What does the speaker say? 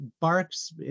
barks